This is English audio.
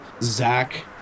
Zach